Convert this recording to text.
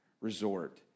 resort